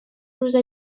روز